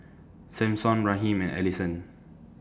Sampson Raheem and Alisson